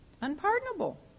unpardonable